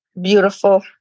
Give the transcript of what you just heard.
beautiful